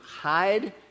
hide